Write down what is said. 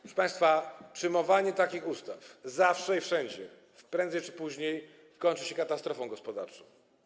Proszę państwa, przyjmowanie takich ustaw zawsze i wszędzie, prędzej czy później kończy się katastrofą gospodarczą.